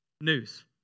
news